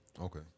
Okay